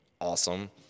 awesome